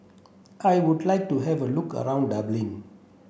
I would like to have a look around Dublin